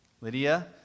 Lydia